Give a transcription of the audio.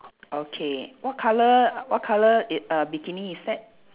okay what colour what colour it err bikini is that